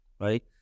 right